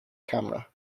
camera